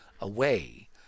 away